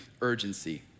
urgency